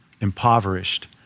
impoverished